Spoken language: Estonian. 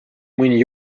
mõni